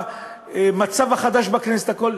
מצב חדש בכנסת והכול.